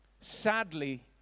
sadly